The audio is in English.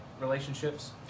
relationships